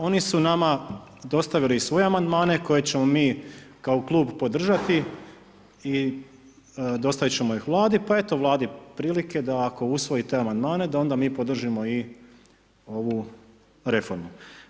Oni su nama dostavili svoje amandmane koje ćemo mi kao Klub podržati i dostavit ćemo ih Vladi, pa eto Vladi prilike da ako usvoji te amandmane, da onda mi podržimo i ovu reformu.